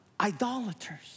idolaters